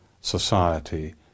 society